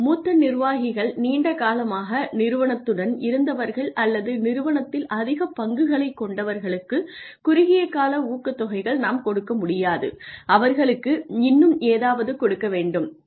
மூத்த நிர்வாகிகள் நீண்ட காலமாக நிறுவனத்துடன் இருந்தவர்கள் அல்லது நிறுவனத்தில் அதிக பங்குகளைக் கொண்டவர்களுக்கு குறுகிய கால ஊக்கத்தொகைகளை நாம் கொடுக்க முடியாது அவர்களுக்கு இன்னும் ஏதாவது கொடுக்க வேண்டும்